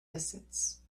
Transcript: distance